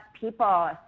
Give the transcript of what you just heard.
people